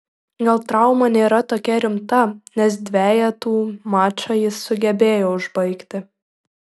gal trauma nėra tokia rimta nes dvejetų mačą jis sugebėjo užbaigti